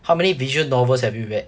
how many visual novels have you read